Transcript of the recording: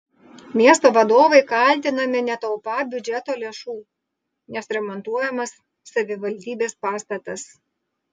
miesto vadovai kaltinami netaupą biudžeto lėšų nes remontuojamas savivaldybės pastatas